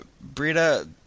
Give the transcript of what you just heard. Brita